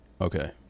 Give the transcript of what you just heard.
Okay